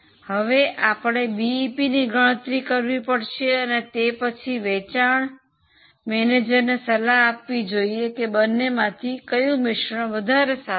હવે આપણે બીઈપીની ગણતરી કરવી પડશે અને તે પછી વેચાણ મેનેજરને સલાહ આપવી જોઈએ કે બંનેમાંથી કયો મિશ્રણ વધારે સારું છે